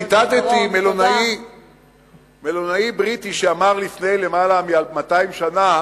ציטטתי מילונאי בריטי שאמר לפני למעלה מ-200 שנה